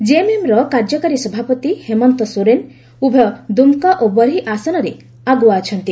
ଜେଏମ୍ଏମ୍ର କାର୍ଯ୍ୟକାରୀ ସଭାପତି ହେମନ୍ତ ସୋରେନ୍ ଉଭୟ ଦୁମ୍କା ଓ ବର୍ହି ଆସନରେ ଆଗୁଆ ଅଛନ୍ତି